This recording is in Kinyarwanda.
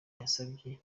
yasabye